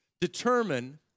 determine